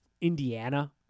Indiana